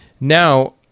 now